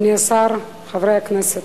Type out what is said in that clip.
אדוני השר, חברי הכנסת,